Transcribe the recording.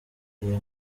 iyi